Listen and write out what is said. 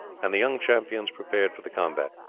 and the young champions prepared for the combat.